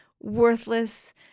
worthless